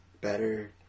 better